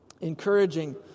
Encouraging